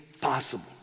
possible